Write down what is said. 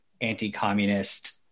anti-communist